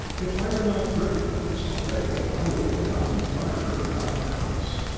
if i were not crippled with this lumbago i would go down and fire her out of the house.